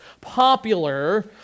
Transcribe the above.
popular